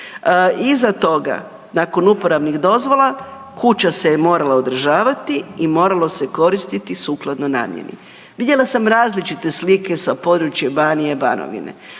Iza toga, nakon uporabnih dozvola, kuća se morala održavati i moralo se koristiti sukladno namjeni. Vidjela sam različite slike sa područja Banije/Banovine.